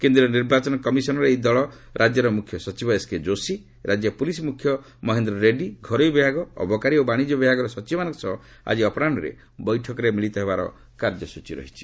କେନ୍ଦ୍ରୀୟ ନିର୍ବାଚନ କମିଶନ୍ ର ଏହି ଦଳ ରାଜ୍ୟର ମୁଖ୍ୟସଚିବ ଏସ୍କେ ଯୋଶୀ ରାଜ୍ୟ ପୁଲିସ୍ ମୁଖ୍ୟ ମହେନ୍ଦ୍ର ରେଡ୍ଗୀ ଘରୋଇ ବିଭାଗ ଅବକାରୀ ଓ ବାଣିଜ୍ୟ ବିଭାଗର ସଚିବମାନଙ୍କ ସହ ଆଜି ଅପରାହୁରେ ବୈଠକରେ ମିଳିତ ହେବାର କାର୍ଯ୍ୟସ୍ରଚୀ ରହିଛି